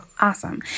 Awesome